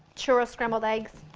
churros scrambled egg.